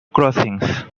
crossings